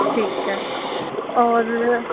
ਠੀਕ ਹੈ ਔਰ